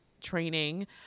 training